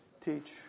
Teach